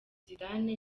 zidane